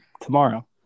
tomorrow